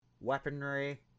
weaponry